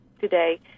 today